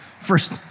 First